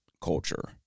culture